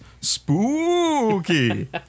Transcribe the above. spooky